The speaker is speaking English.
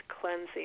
cleansing